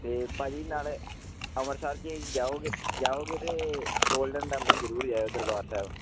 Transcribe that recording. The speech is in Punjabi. ਅਤੇ ਭਾਅ ਜੀ ਨਾਲੇ ਅੰਮ੍ਰਿਤਸਰ ਜੇ ਜਾਓਗੇ ਜਾਓਗੇ ਤਾਂ ਗੋਲਡਨ ਟੈਂਪਲ ਜ਼ਰੂਰ ਜਾਇਓ ਦਰਬਾਰ ਸਾਹਿਬ